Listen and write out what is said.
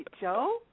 Joe